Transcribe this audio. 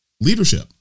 leadership